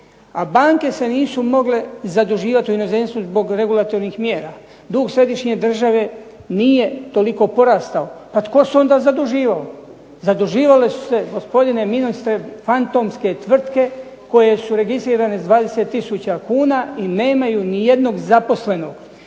a banke se nisu mogle zaduživati u inozemstvu zbog regulatornih mjera, dug središnje države nije toliko porastao, pa tko se onda zaduživao? Zaduživale su se gospodine ministre fantomske tvrtke koje su registrirane s 20 tisuća kuna i nemaju nijednog zaposlenog.